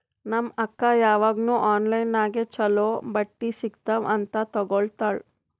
ನಮ್ ಅಕ್ಕಾ ಯಾವಾಗ್ನೂ ಆನ್ಲೈನ್ ನಾಗೆ ಛಲೋ ಬಟ್ಟಿ ಸಿಗ್ತಾವ್ ಅಂತ್ ತಗೋತ್ತಾಳ್